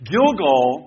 Gilgal